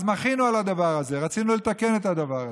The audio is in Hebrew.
אז מחינו על הדבר הזה, רצינו לתקן את הדבר הזה.